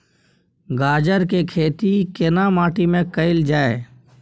गाजर के खेती केना माटी में कैल जाए?